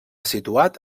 situat